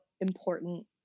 important